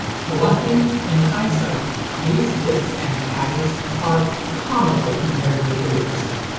for one thing, in hindsight these discs and caddies are comical compared to a videocassette.